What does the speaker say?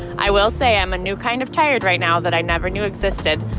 i will say i'm a new kind of tired right now that i never knew existed,